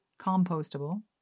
compostable